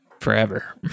forever